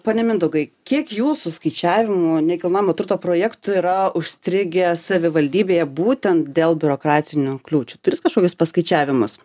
pone mindaugai kiek jūsų skaičiavimu nekilnojamo turto projektų yra užstrigę savivaldybėje būtent dėl biurokratinių kliūčių turit kažkokius paskaičiavimus